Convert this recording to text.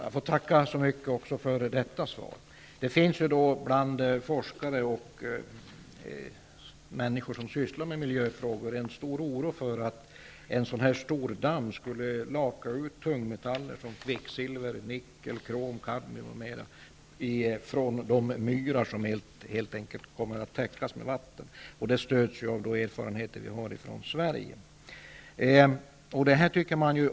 Herr talman! Jag tackar miljöministern även för detta svar. Bland forskare och andra som sysslar med miljöfrågor finns en stor oro för att en så här stor damm skulle laka ut tungmetaller som kvicksilver, nickel, krom, kadmium m.m. från de myrar som helt kommer att täckas av vatten. Det stöds av erfarenheter vi har ifrån Sverige.